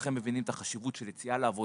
כולכם מבינים את החשיבות של יציאה לעבודה,